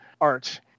art